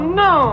no